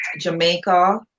Jamaica